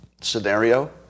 scenario